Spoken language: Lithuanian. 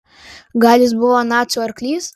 gal jis buvo nacių arklys